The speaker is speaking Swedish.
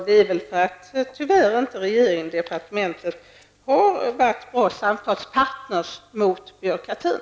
Det är väl för att regeringen och departementet tyvärr inte har varit bra samtalspartners mot byråkratin.